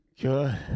Good